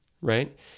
Right